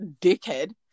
dickhead